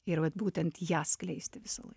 ir vat būtent ją skleisti visąlaik